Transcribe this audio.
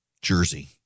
Jersey